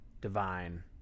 divine